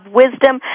wisdom